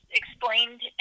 explained